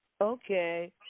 Okay